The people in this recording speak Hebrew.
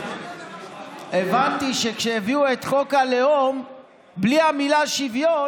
הבנת שכשהביאו את חוק הלאום בלי המילה "שוויון",